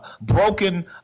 broken